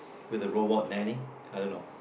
with a robot nanny I don't know